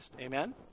amen